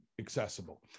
accessible